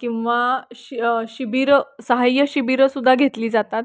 किंवा शि शिबिरं सहाय्य शिबिरंसुद्धा घेतली जातात